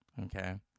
Okay